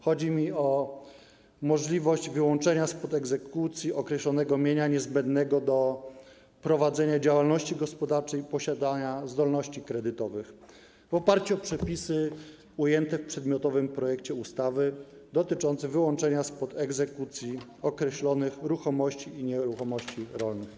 Chodzi mi o możliwość wyłączenia spod egzekucji określonego mienia, niezbędnego do prowadzenia działalności gospodarczej i posiadania zdolności kredytowej, w oparciu o przepisy ujęte w przedmiotowym projekcie ustawy dotyczącym wyłączenia spod egzekucji określonych ruchomości i nieruchomości rolnych.